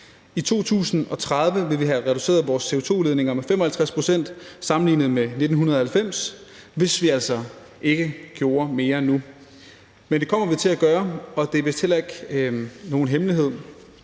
I 2030 vil vi have reduceret vores CO2-udledninger med 55 pct. sammenlignet med 1990, hvis vi altså ikke gjorde mere nu. Men det kommer vi til at gøre, og det er vist heller ikke nogen hemmelighed,